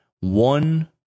One